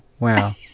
Wow